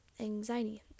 anxiety